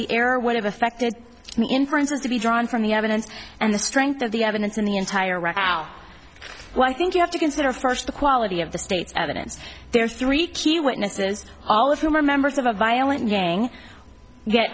the error would have affected the inferences to be drawn from the evidence and the strength of the evidence in the entire route well i think you have to consider first the quality of the state's evidence there's three key witnesses all of whom are members of a violent gang get